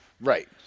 right